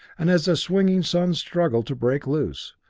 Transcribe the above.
and as the swinging suns struggle to break loose,